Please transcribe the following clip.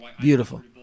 Beautiful